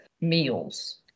meals